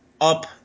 up